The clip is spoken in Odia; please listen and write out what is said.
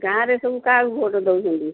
ଗାଁ'ରେ ସବୁ କାହାକୁ ଭୋଟ୍ ଦେଉଛନ୍ତି